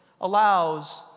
allows